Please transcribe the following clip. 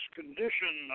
condition